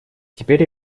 теперь